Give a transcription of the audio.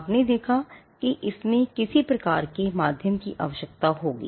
आपने देखा कि इसमें किसी प्रकार के माध्यम की आवश्यकता होगी